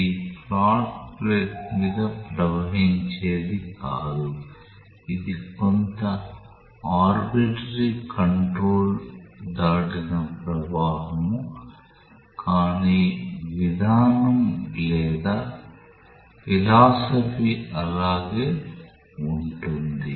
ఇది flat plate మీద ప్రవహించేది కాదు ఇది కొంత ఆర్బిట్రేరీ కంట్రోల్ దాటిన ప్రవాహం కానీ విధానం లేదా ఫిలాసఫీ అలాగే ఉంటుంది